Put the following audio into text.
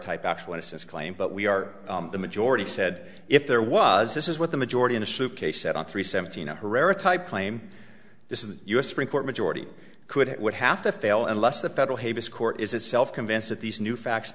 type actual innocence claim but we are the majority said if there was this is what the majority in a suitcase said on three seventeen a herrera type claim this is the us supreme court majority could it would have to fail unless the federal court is itself convinced that these new facts